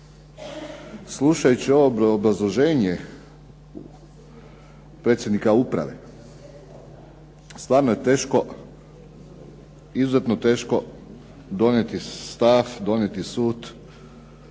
slušajući ovo obrazloženje predsjednika uprave, stavarno je teško, izuzetno teško donijeti stav, donijeti sud